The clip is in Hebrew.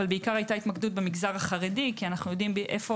בעיקר היתה התמקדות במגזר החרדי כי אנו יודעים איפה